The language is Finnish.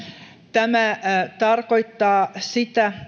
hallituksen esitys tarkoittaa sitä